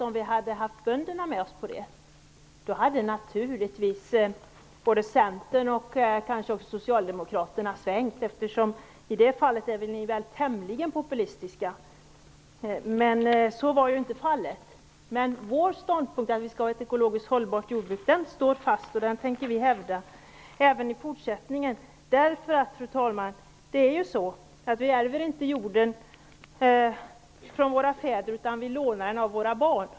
Om vi hade haft bönderna med oss på det så hade naturligtvis Centerpartiet och kanske också Socialdemokraterna svängt, eftersom de i det fallet är tämligen populistiska. Men så var inte fallet. Men vår ståndpunkt att vi skall ha ett ekologiskt hållbart jordbruk står fast, och den tänker vi hävda även i fortsättningen. Det är nämligen så, fru talman, att vi inte ärver jorden efter våra fäder, utan vi lånar den av våra barn.